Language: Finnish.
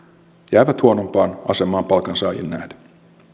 jäävät huonompaan asemaan palkansaajiin nähden